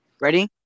Ready